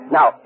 Now